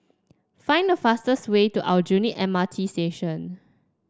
find the fastest way to Aljunied M R T Station